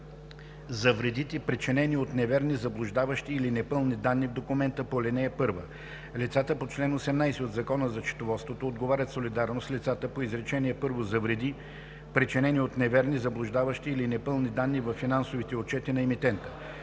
за вредите, причинени от неверни, заблуждаващи или непълни данни в документа по ал. 1. Лицата по чл. 18 от Закона за счетоводството отговарят солидарно с лицата по изречение първо за вреди, причинени от неверни, заблуждаващи или непълни данни във финансовите отчети на емитента.